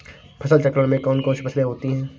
फसल चक्रण में कौन कौन सी फसलें होती हैं?